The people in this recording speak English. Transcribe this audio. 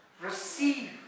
receive